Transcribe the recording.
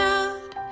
out